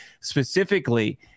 specifically